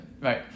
right